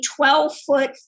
12-foot